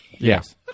Yes